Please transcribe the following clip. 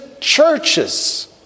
churches